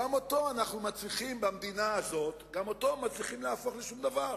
גם אותו אנחנו מצליחים להפוך לשום דבר